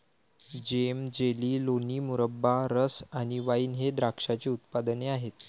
जेम, jelly, लोणी, मुरब्बा, रस आणि वाइन हे द्राक्षाचे उत्पादने आहेत